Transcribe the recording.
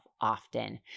often